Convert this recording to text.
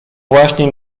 właśnie